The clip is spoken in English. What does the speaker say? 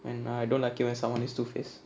and I don't like it when someone is two face